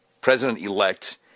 president-elect